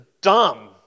dumb